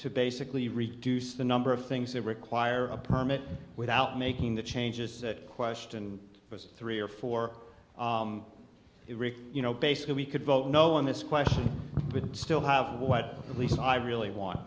to basically reduce the number of things that require a permit without making the changes that question was three or four you know basically we could vote no on this question but still have what police i really want